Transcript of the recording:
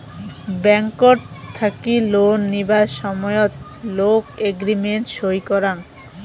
ব্যাংকট থাকি লোন নিবার সময়ত লোক এগ্রিমেন্ট সই করাং